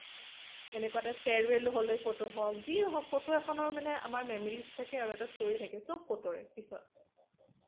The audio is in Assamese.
সেনেকুৱাতে ফেয়াৰৱেলৰ ফটো হওক যি নহওক ফটো এখনৰ মানে আমাৰ মেমৰিজ থাকে আৰু এটা ষ্টৰিজ থাকে চব ফটোৰে পিছত